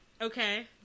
okay